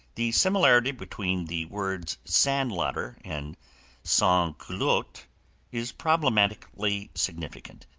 the similarity between the words sandlotter and sansculotte is problematically significant,